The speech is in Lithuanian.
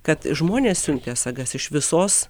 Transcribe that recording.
kad žmonės siuntė sagas iš visos